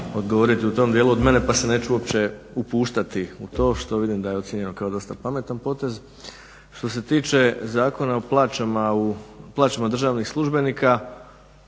odgovoriti u tom dijelu od mene pa se neću uopće upuštati u to što vidim da je ocijenjeno kao dosta pametan potez. Što se tiče Zakona o plaćama državnih službenika,